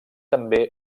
també